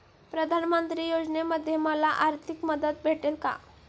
प्रधानमंत्री योजनेमध्ये मला आर्थिक मदत भेटेल का?